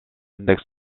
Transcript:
index